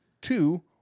two